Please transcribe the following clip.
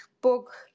book